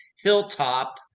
Hilltop